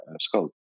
scope